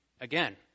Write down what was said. again